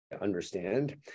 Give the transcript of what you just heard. understand